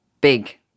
big